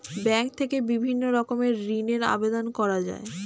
bank থেকে বিভিন্ন রকমের ঋণের আবেদন করা যায়